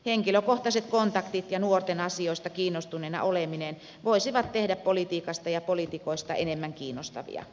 henkilökohtaiset kontaktit ja nuorten asioista kiinnostuneena oleminen voisivat tehdä politiikasta ja poliitikoista enemmän kiinnostavia